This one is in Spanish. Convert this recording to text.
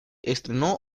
estrenó